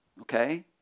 Okay